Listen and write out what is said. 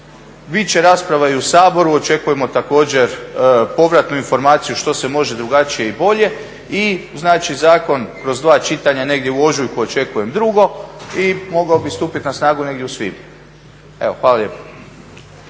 Bit će rasprava i u Saboru, očekujemo također povratnu informaciju što se može drugačije i bolje. I znači zakon kroz dva čitanja negdje u ožujku očekujem drugo i mogao bi stupit na snagu negdje u svibnju. Evo hvala lijepa.